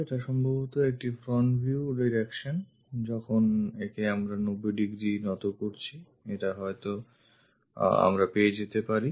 এটা সম্ভবতঃ একটি ফ্রন্ট ভিউ ডাইরেকশনযখন একে আমরা 90 degree নত করছি এটা হয়ত আমরা পেয়ে যেতে পারি